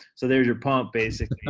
so there's your pump basically